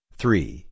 three